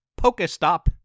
Pokestop